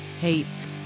hates